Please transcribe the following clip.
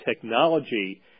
technology